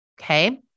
okay